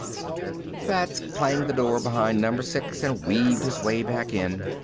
fats clanged the door behind number six and weaved his way back in.